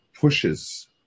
pushes